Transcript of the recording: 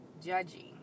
judging